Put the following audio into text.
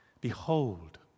behold